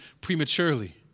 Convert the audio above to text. prematurely